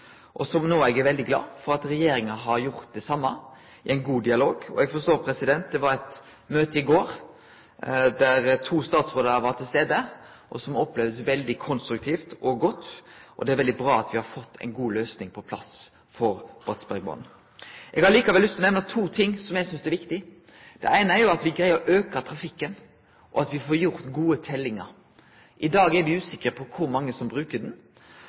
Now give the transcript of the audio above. eg er no veldig glad for at regjeringa har gjort det same, i ein god dialog. Eg forstår at det var eit møte i går der to statsrådar var til stades, og som blei opplevd som veldig konstruktivt og godt. Det er veldig bra at me har fått ei god løysing på plass for Bratsbergbanen. Eg har likevel lyst til å nemne to ting som eg synest er viktig. Det eine er at me greier å auke trafikken, og at me får gjort gode teljingar. I dag er ein usikker på kor mange som bruker